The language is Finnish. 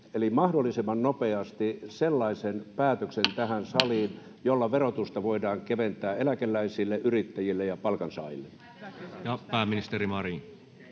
eli mahdollisimman nopeasti sellaisen päätöksen tähän saliin, jolla verotusta voidaan keventää eläkeläisille, yrittäjille ja palkansaajille?